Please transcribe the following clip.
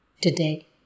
today